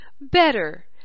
better